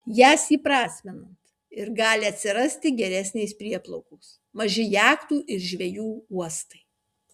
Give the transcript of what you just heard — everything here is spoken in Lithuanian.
jas įprasminant ir gali atsirasti geresnės prieplaukos maži jachtų ir žvejų uostai